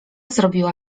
zrobiła